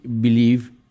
believe